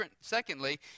secondly